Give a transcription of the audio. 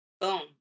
boom